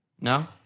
no